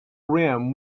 rim